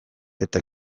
eta